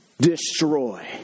destroy